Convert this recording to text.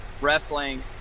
wrestling